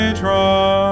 draw